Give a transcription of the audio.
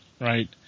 right